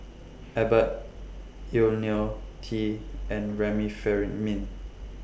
Abbott Ionil T and Remifemin